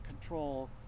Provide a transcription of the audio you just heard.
control